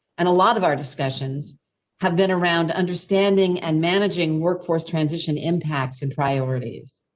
and a lot of our discussions have been around understanding and managing workforce, transition, impacts and priorities.